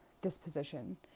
disposition